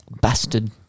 bastard